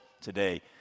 today